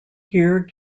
here